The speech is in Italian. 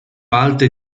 alte